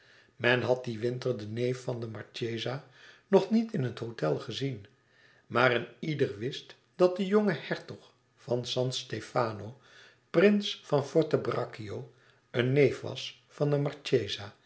men had dien winter den neef van de marchesa nog niet in het hôtel gezien maar een ieder wist dat de jonge hertog van san stefano prins van forte braccio een neef was van de